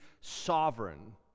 sovereign